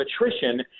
attrition